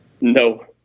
No